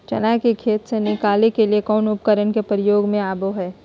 चना के खेत से निकाले के लिए कौन उपकरण के प्रयोग में आबो है?